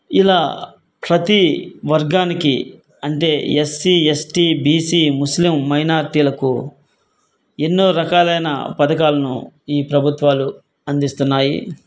ఇలా ప్రతి వర్గానికి అంటే ఎస్సి ఎస్టీ బీసి ముస్లిం మైనార్టీలకు ఎన్నో రకాలైన పథకాలను ఈ ప్రభుత్వాలు అందిస్తున్నాయి